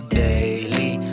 daily